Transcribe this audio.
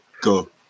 go